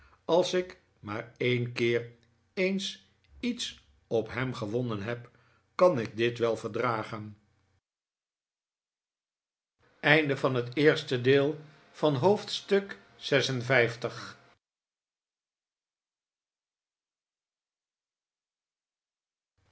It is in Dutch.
als ik maar een keer eens iets op hem gewonnen heb kan ik dit wel verdragen